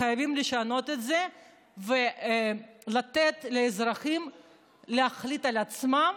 חייבים לשנות את זה ולתת לאזרחים להחליט על עצמם,